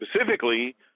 specifically